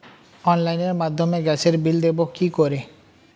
অনলাইনের মাধ্যমে গ্যাসের বিল দেবো কি করে?